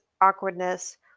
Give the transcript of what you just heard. awkwardness